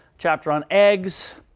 chapter on eggs,